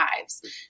lives